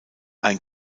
ein